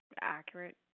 accurate